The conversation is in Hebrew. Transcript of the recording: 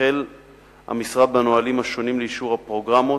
החל המשרד בנהלים השונים לאישור הפרוגרמות,